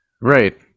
Right